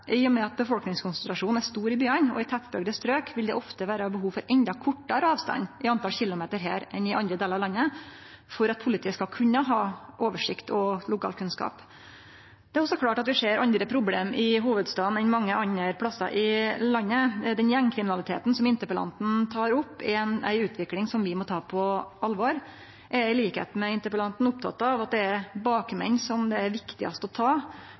I og med at befolkningskonsentrasjonen er stor i byane og i tettbygde strøk, vil det ofte vere behov for enno kortare avstand i talet på kilometer her enn i andre delar av landet for at politiet skal kunne ha oversikt og lokalkunnskap. Det er også klart at vi ser andre problem i hovudstaden enn mange andre plassar i landet. Den gjengkriminaliteten som interpellanten tek opp, er ei utvikling som vi må ta på alvor. Til liks med interpellanten er eg oppteken av at det er bakmennene det er viktigast å ta.